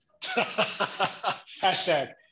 Hashtag